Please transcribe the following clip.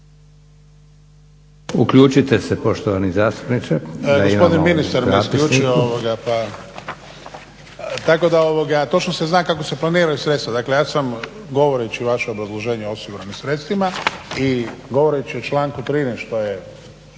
Uključite se poštovani zastupniče.